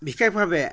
বিশেষভাৱে